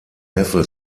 neffe